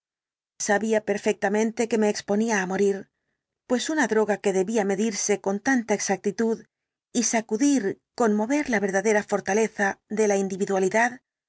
sabía perfectamente que me exponía á morir pues una droga que debía medirse con tanta exactitud y sacudir conmover la verdadera fortaleza de la individualidad